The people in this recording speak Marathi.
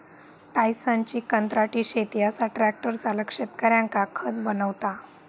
टायसनची कंत्राटी शेती असा ट्रॅक्टर चालक शेतकऱ्यांका खत बनवता